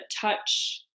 touch